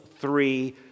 three